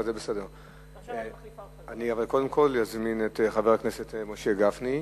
אני קודם כול אזמין את חבר הכנסת משה גפני,